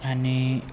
आनी